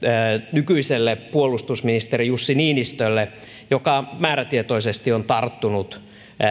nykyiselle puolustusministeri jussi niinistölle joka määrätietoisesti on tarttunut